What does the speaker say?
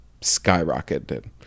skyrocketed